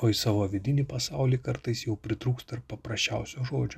o į savo vidinį pasaulį kartais jau pritrūksta ir paprasčiausio žodžio